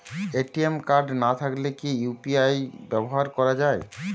ATM card না থাকলে কি ইউ.পি.আই ব্যবহার করা য়ায়?